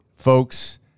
Folks